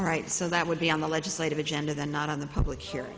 all right so that would be on the legislative agenda the not on the public he